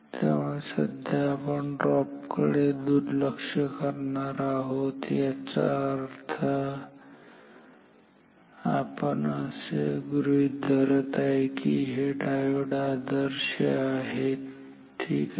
त्यामुळे सध्या आपण ड्रॉपकडे दुर्लक्ष करणार आहोत याचा अर्थ आपण असे गृहीत धरत आहे की हे डायोड आदर्श आहेत ठीक आहे